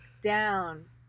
down